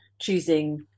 choosing